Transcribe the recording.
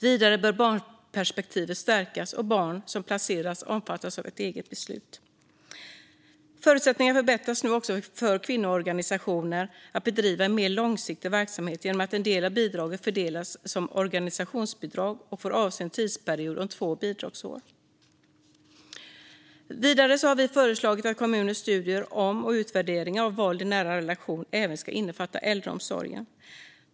Vidare bör barnperspektivet stärkas, och barn som placeras bör omfattas av ett eget beslut. Förutsättningarna förbättras nu också för kvinnoorganisationer att bedriva mer långsiktig verksamhet genom att en del av bidraget fördelas som organisationsbidrag och får avse en tidsperiod om två bidragsår. Vidare har vi föreslagit att kommuners studier om och utvärderingar av våld i nära relationer även ska innefatta äldreomsorgen.